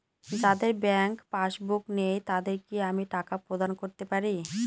যাদের bank passbook নেই তাদের কি আমি টাকা প্রদান করতে পারি?